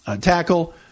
Tackle